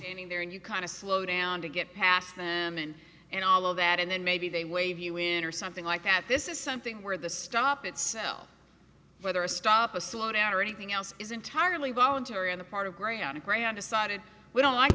of there and you kind of slow down to get past them and and all of that and then maybe they wave you in or something like that this is something where the stop itself whether a stop a slowdown or anything else is entirely voluntary on the part of gray on a grander sided we don't like